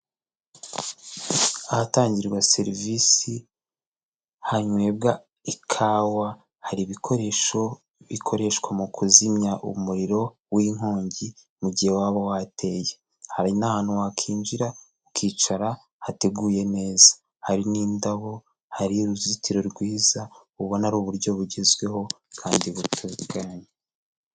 Ahatangirwa serivisi hanywebwa ikawa, hari ibikoresho bikoreshwa mu kuzimya umuriro w'inkongi mu gihe waba wateye. Hari n'ahantu wakinjira ukicara hateguye neza, hari n'indabo, hari uruzitiro rwiza, ubona ari uburyo bugezweho kandi butekanye.